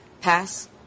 pass